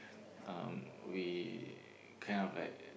um we kind of like